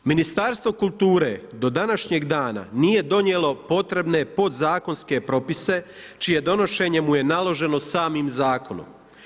Ministarstvo kulture do današnjeg dana nije donijelo potrebne podzakonske propise čije donošenje mu je naloženo samim Zakonom.